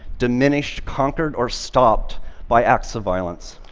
diminished, conquered or stopped by acts of violence.